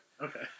Okay